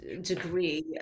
degree